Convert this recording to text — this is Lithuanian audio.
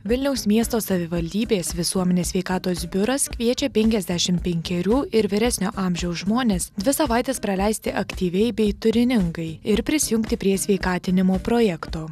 vilniaus miesto savivaldybės visuomenės sveikatos biuras kviečia penkiasdešimt penkerių ir vyresnio amžiaus žmones dvi savaites praleisti aktyviai bei turiningai ir prisijungti prie sveikatinimo projekto